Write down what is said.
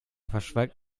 verschweigt